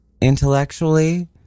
intellectually